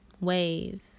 Wave